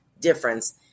difference